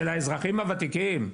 של האזרחים הוותיקים.